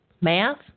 math